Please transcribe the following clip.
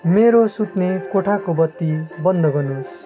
मेरो सुत्ने कोठाको बत्ती बन्द गर्नुहोस्